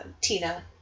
Tina